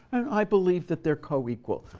and i believe that they're coequal.